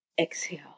Exhale